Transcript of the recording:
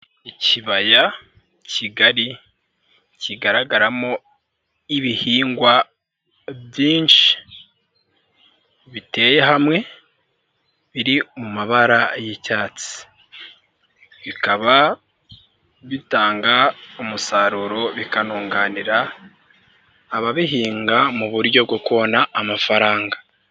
Ikibaya kigari kigaragaramo ibihingwa byinshi biteye hamwe biri mu mabara y'icyatsi, bikaba bitanga umusaruro bikanunganira ababihinga mu buryo bwo kubonana amafaranga.